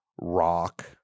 rock